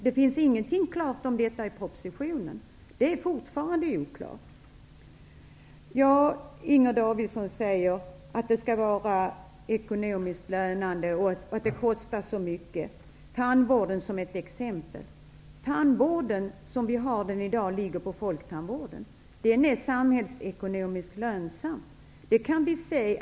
Det sägs ingenting klart om detta i propositionen, och det är fortfarande oklart. Inger Davidson säger att det skall vara ekonomiskt lönande och att det kostar så mycket. Hon tog tandvården som ett exempel. Tandvården bedrivs i dag inom folktandvården. Den är samhällsekonomiskt lönsam.